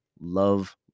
Love